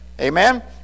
amen